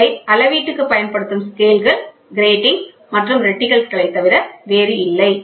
எனவே இவை அளவீட்டுக்கு பயன்படுத்தப்படும் ஸ்கேல்கள் கிராட்டிங்ஸ் மற்றும் ரெட்டிகல்களைத் தவிர வேறில்லை